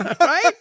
right